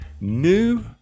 new